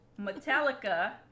Metallica